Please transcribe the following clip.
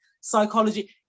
psychology